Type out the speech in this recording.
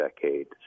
decade